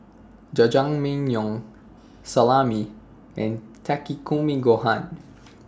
Jajangmyeon Salami and Takikomi Gohan